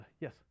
Yes